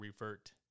revert